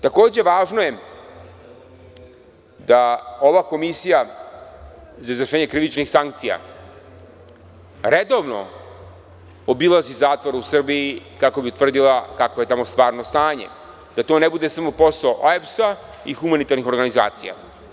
Takođe, važno je da ova Komisija za izvršenje krivičnih sankcija redovno obilazi zatvore u Srbiji, kako bi utvrdila stvarno stanje, da to ne bude samo posao OEBS-a i humanitarnih organizacija.